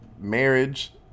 marriage